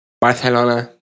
Barcelona